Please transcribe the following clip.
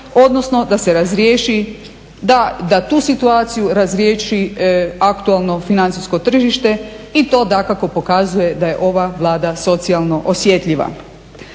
odnosno da se razriješi, da tu situaciju razriješi aktualno financijsko tržište i to dakako pokazuje da je ova Vlada socijalno osjetljiva.